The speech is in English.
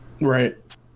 Right